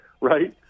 right